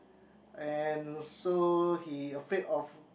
and so he afraid of